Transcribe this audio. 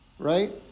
Right